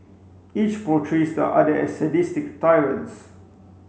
each portrays the other as sadistic tyrants